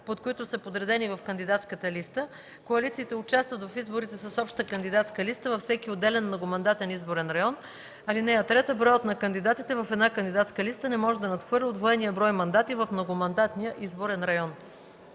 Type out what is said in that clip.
под които са подредени в кандидатската листа. (2) Коалициите участват в изборите с обща кандидатска листа във всеки отделен многомандатен изборен район. (3) Броят на кандидатите в една кандидатска листа не може да надхвърля удвоения брой мандати в многомандатния изборен район.”